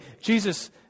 Jesus